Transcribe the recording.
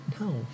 No